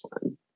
one